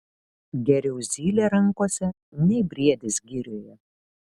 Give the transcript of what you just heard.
geriau zylė rankose nei briedis girioje